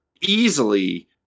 easily